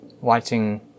watching